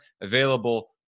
available